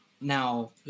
Now